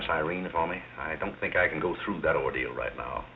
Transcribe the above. miss irene of all me i don't think i can go through that ordeal right now